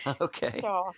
Okay